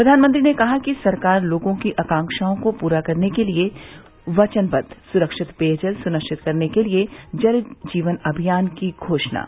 प्रधानमंत्री ने कहा कि सरकार लोगों की आकांक्षाओं को पूरा करने के प्रति वचनबद्ध सुरक्षित पेयजल सुनिश्चित करने के लिए जल जीवन अभियान की घोषणा की